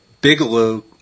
Bigelow